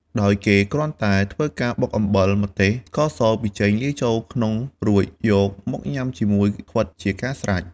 ដោយគេគ្រាន់តែធ្វើការបុកអំបិល ម្ទេស ស្ករស ប៊ីចេងលាយចូលក្នុង រួចយកមកញ៉ាំជាមួយខ្វិតជាការស្រេច។